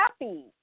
happy